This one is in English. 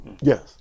Yes